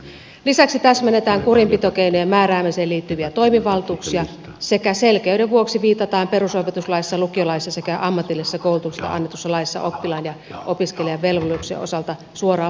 lisäksi täsmennetään kurinpitokeinojen määräämiseen liittyviä toimivaltuuksia sekä selkeyden vuoksi viitataan perusopetuslaissa lukiolaissa sekä ammatillisesta koulutuksesta annetussa laissa oppilaan ja opiskelijan velvollisuuksien osalta suoraan vahingonkorvauslakiin